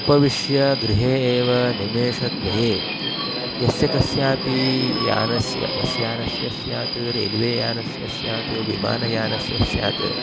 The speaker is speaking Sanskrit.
उपविश्य गृहे एव निमेषद्वये यस्य कस्यापि यानस्य बस्यानस्य स्यात् रैल्वेयानस्य स्यात् विमानयानस्य स्यात्